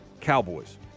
Cowboys